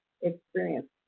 experience